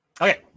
Okay